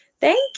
Thank